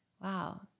Wow